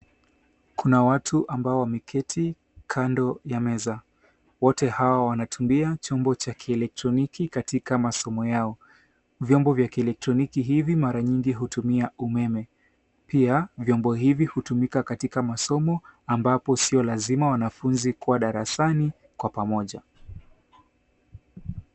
Kuna watu ambao wameketi kando ya meza. Wote hawa wanatumia chombo cha kielektroniki katika masomo yao. Vyombo vya kielektroniki hivi mara nyingi hutumia umeme. Pia, vyombo hivi hutumika katika masomo ambapo sio lazima wanafunzi kuwa darasani kwa pamoja.